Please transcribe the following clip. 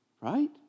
right